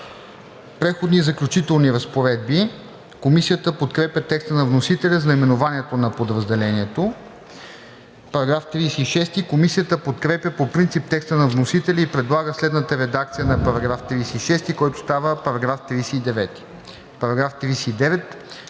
„Преходни и заключителни разпоредби“. Комисията подкрепя текста на вносителя за наименованието на Подразделението. Комисията подкрепя по принцип текста на вносителя и предлага следната редакция на § 36, който става § 39: „§ 39.